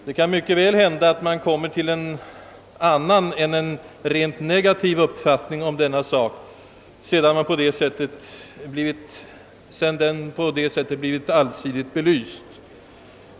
Det kan mycket väl hända att man kommer till en annan uppfattning än den rent negativa, om frågan på detta sätt blir allsidigt belyst.